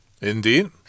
Indeed